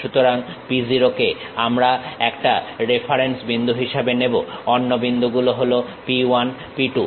সুতরাং P 0 কে আমরা একটা রেফারেন্স বিন্দু হিসাবে নেবো অন্য বিন্দুগুলো হলো P 1 P 2